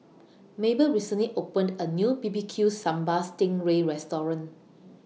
Mabel recently opened A New B B Q Sambal Sting Ray Restaurant